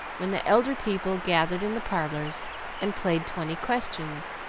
when the elder people gathered in the parlors and played twenty questions,